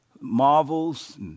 Marvels